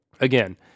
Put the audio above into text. again